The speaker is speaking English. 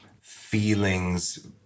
feelings